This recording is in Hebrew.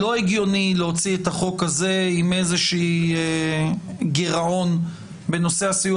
לא הגיוני להוציא את החוק הזה עם איזשהו גירעון בנושא הסיוע